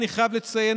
אני חייב לציין,